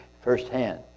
firsthand